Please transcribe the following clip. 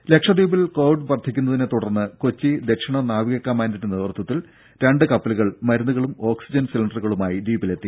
രുര ലക്ഷദ്വീപിൽ കോവിഡ് വർധിക്കുന്നതിനെത്തുടർന്ന് കൊച്ചി ദക്ഷിണ നാവിക കമാൻഡിന്റെ നേതൃത്വത്തിൽ രണ്ട് കപ്പലുകൾ മരുന്നുകളും ഓക്സിജൻ സിലിണ്ടറുകളുമായി ദ്വീപിലെത്തി